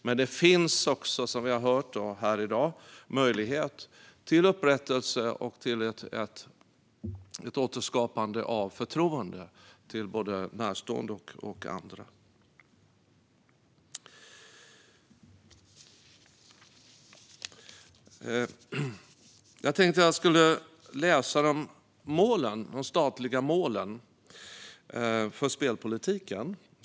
Men det finns också, som vi har hört här i dag, möjlighet till upprättelse och till ett återskapande av förtroende i förhållande till både närstående och andra. Jag tänkte att jag skulle läsa upp de statliga målen för spelpolitiken.